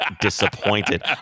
disappointed